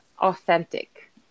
authentic